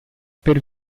per